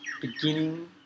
beginning